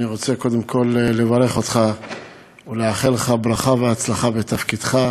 אני רוצה קודם כול לברך אותך ולאחל לך ברכה והצלחה בתפקידך.